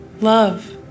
Love